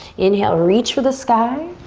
inhale reach for the sky.